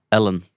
Ellen